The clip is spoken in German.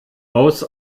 aus